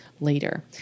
later